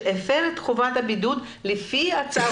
שהפר את חובת הבידוד לפי הצו,